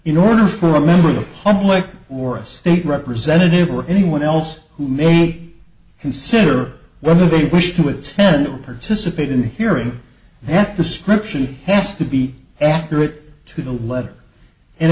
in order for a member of the public or a state representative or anyone else who may consider the bush to attend or participate in hearing that description has to be accurate to the letter and